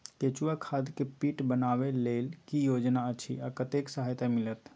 केचुआ खाद के पीट बनाबै लेल की योजना अछि आ कतेक सहायता मिलत?